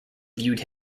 viewed